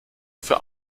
für